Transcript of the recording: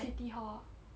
city hall